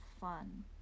fun